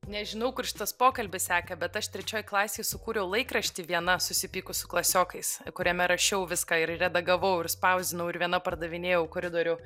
nežinau kur šitas pokalbis seka bet aš trečioj klasėj sukūriau laikraštį viena susipykus su klasiokais kuriame rašiau viską ir redagavau ir spausdinau ir viena pardavinėjau koridorių